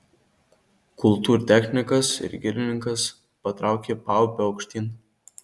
kultūrtechnikas ir girininkas patraukė paupiu aukštyn